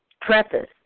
preface